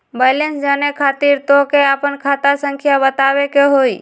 Balance जाने खातिर तोह के आपन खाता संख्या बतावे के होइ?